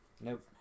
Nope